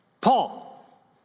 Paul